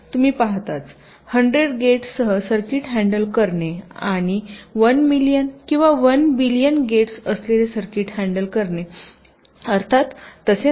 तुम्ही पाहताच 100 गेट्ससह सर्किट हॅण्डल करणे आणि 1 मिलियन किंवा 1 बिलियन गेट्स असलेले सर्किट हॅण्डल करणे अर्थातच तसे नाही